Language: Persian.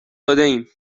دادهایم